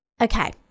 Okay